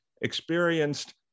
experienced